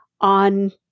on